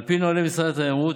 על פי נוהלי משרד התיירות,